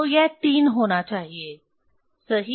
तो यह 3 होना चाहिए सही